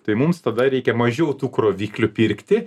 tai mums tada reikia mažiau tų kroviklių pirkti